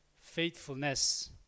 faithfulness